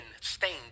stained